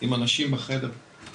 לא אומר שאנחנו לא מודאגים ואף אחד לא